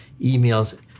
emails